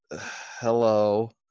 hello